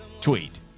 tweet